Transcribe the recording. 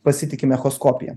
pasitikim echoskopija